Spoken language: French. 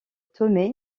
tomé